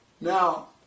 Now